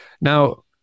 Now